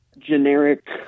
generic